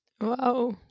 wow